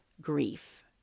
grief